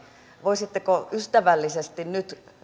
voisitteko ystävällisesti nyt